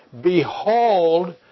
Behold